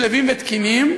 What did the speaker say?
שלווים ותקינים,